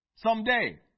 Someday